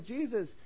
Jesus